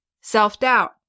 Self-doubt